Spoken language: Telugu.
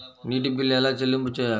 నీటి బిల్లు ఎలా చెల్లింపు చేయాలి?